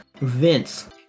Vince